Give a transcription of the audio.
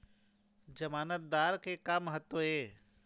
जमानतदार के का महत्व हे?